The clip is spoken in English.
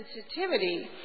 sensitivity